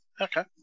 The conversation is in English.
Okay